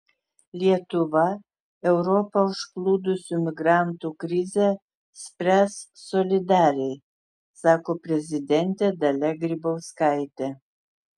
lietuva europą užplūdusių migrantų krizę spręs solidariai sako prezidentė dalia grybauskaitė